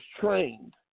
trained